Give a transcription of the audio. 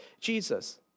Jesus